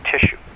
tissue